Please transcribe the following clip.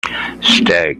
stag